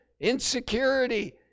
insecurity